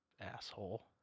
Asshole